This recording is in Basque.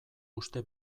uste